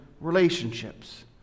relationships